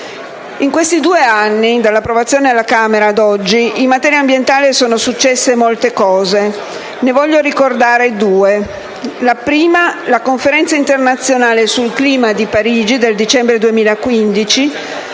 In questi due anni, dall'approvazione alla Camera dei deputati ad oggi, in materia ambientale sono successe molte cose e ne voglio ricordare in particolare due. La prima è la Conferenza internazionale sul clima di Parigi del dicembre del